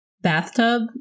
bathtub